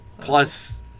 Plus